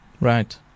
Right